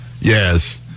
Yes